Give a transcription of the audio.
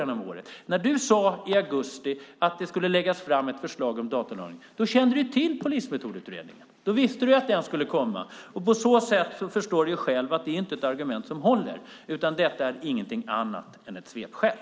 När du i augusti sade att det skulle läggas fram ett förslag om datalagring kände du till Polismetodutredningen. Du visste att den skulle komma, så det argumentet håller inte. Det är inget annat än ett svepskäl.